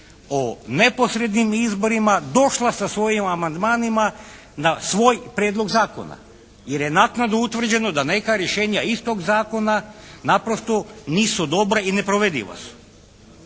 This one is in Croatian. o neposrednim izborima došla sa svojim amandmanima na svoj prijedlog zakona jer je naknadno utvrđeno da neka rješenja istog zakona naprosto nisu dobra i neprovediva su.